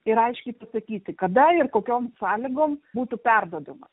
ir aiškiai pasakyti kada ir kokiom sąlygom būtų perduodamos